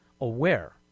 aware